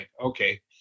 okay